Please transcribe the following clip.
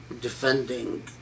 defending